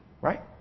Right